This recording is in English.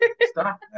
stop